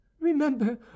remember